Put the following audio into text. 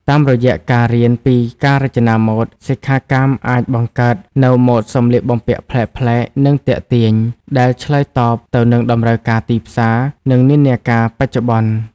តាមរយៈការរៀនពីការរចនាម៉ូដ សិក្ខាកាមអាចបង្កើតនូវម៉ូដសម្លៀកបំពាក់ប្លែកៗ និងទាក់ទាញ ដែលឆ្លើយតបទៅនឹងតម្រូវការទីផ្សារ និងនិន្នាការបច្ចុប្បន្ន។